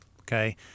okay